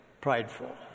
prideful